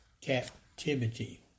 captivity